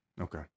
Okay